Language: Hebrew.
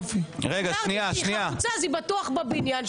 אמרתי שהיא חרוצה ולכן היא בטוח בבניין.